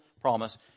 promise